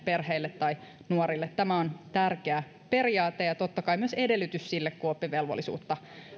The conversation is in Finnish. perheille tai nuorille tämä on tärkeä periaate ja totta kai myös edellytys sille kun oppivelvollisuutta